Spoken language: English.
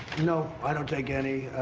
no, i don't take any,